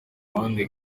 ruhande